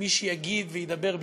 מי שיגיד וידבר בשמם.